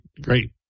great